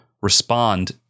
respond